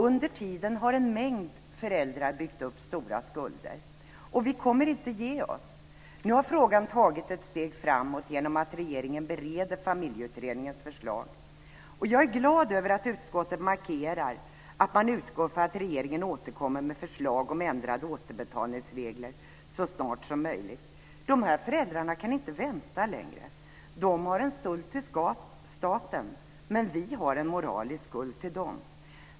Under tiden har en mängd föräldrar byggt upp stora skulder. Vi kommer inte att ge oss. Nu har frågan tagit ett steg framåt genom att regeringen bereder Familjeutredningens förslag. Jag är glad över att utskottet markerar att man utgår från att regeringen återkommer med förslag om ändrade återbetalningsregler så snart som möjligt. De här föräldrarna kan inte vänta längre. De har en skuld till staten, men vi har en moralisk skuld till dem.